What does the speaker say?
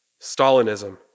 Stalinism